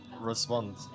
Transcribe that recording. respond